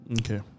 okay